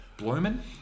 Bloomin